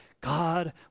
God